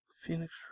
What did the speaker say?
Phoenix